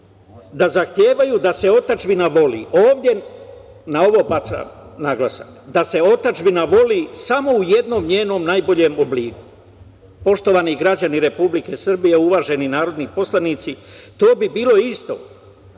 da zahtevaju da se otadžbina voli, na ovo bacam naglasak, da se otadžbina voli samo u jednom njenom najboljem obliku. Poštovani građani Republike Srbije, uvaženi narodni poslanici, to bi bilo isto